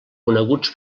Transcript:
coneguts